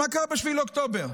מה קרה ב-7 באוקטובר?